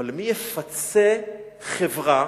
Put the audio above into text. אבל מי יפצה חברה